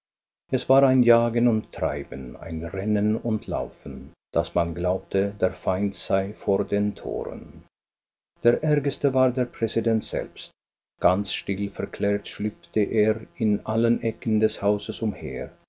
es war ein jagen und treiben ein rennen und laufen daß man glaubte der feind sei vor den toren der ärgste war der präsident selbst ganz still verklärt schlüpfte er in allen ecken des hauses umher